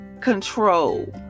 control